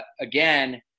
again